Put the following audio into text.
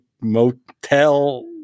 Motel